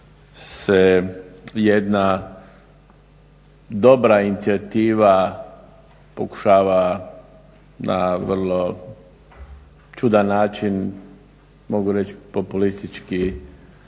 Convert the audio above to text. se jedna dobra inicijativa pokušava na vrlo čudan način mogu reći populistički